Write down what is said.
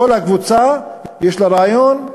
כל קבוצה יש לה רעיון,